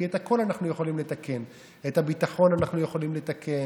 כי את הכול אנחנו יכולים לתקן: את הביטחון אנחנו יכולים לתקן,